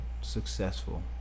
successful